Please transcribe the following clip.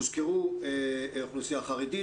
הוזכרה האוכלוסייה החרדית.